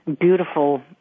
beautiful